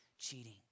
Cheating